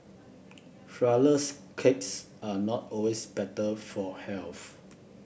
flourless cakes are not always better for health